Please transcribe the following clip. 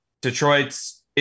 Detroit's